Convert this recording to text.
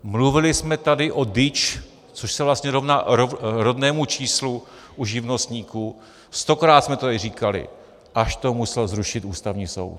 Mluvili jsme tady o DIČ, což se vlastně rovná rodnému číslu u živnostníků, stokrát jsme to tady říkali, až to musel zrušit Ústavní soud.